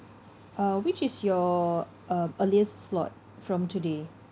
uh which is your um earliest slot from today